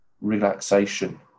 relaxation